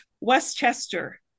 Westchester